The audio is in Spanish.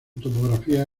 topografía